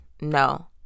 No